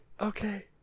Okay